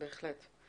בהחלט.